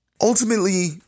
Ultimately